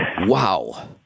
Wow